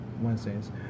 wednesdays